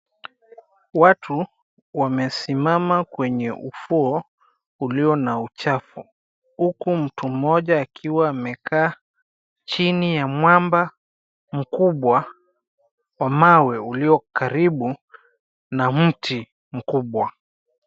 Watu wamesimama kwenye ufuo ulio na uchafu. Huku mtu mmoja akiwa amekaa chini ya mwamba mkubwa wa mawe ulio karibu na mti mkubwa.